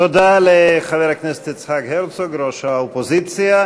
תודה לחבר הכנסת יצחק הרצוג, ראש האופוזיציה.